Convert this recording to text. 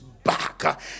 Back